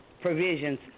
provisions